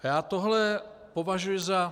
Já tohle považuji za...